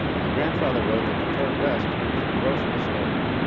my grandfather wrote that the term rest was a gross misnomer,